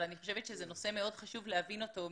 שזה נושא מאוד חשוב להבין אותו.